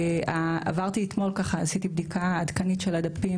עשיתי אתמול בדיקה עדכנית של הדפים